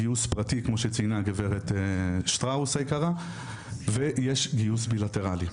גיוס פרטי כמו שציינה גברת שטראוס היקרה ויש גיוס בילטרלי,